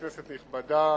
כנסת נכבדה,